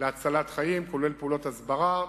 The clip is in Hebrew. להצלת חיים, ובכלל זה פעולות הסברה.